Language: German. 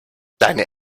deine